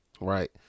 right